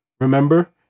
remember